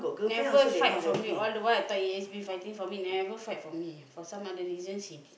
never fight for me all the while I thought he been fighting for me never fight for me for some other reason she